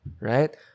right